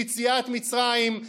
ליציאת מצרים,